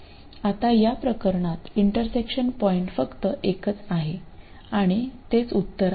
आता या प्रकरणात इंटरसेक्शन पॉईंट फक्त एकच आहे आणि तेच उत्तर आहे